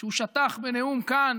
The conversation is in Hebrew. שהוא שטח בנאום כאן